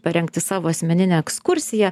parengti savo asmeninę ekskursiją